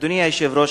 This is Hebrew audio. אדוני היושב-ראש,